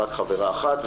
רק חברה אחת,